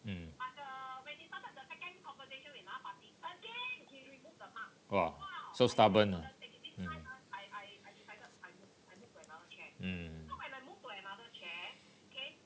mm !wah! so stubborn ah mm mm